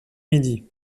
midi